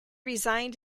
resigned